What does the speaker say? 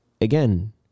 again